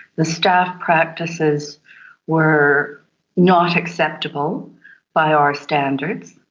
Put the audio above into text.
the staff practices were not acceptable by our standards.